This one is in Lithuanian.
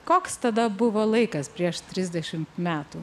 koks tada buvo laikas prieš trisdešimt metų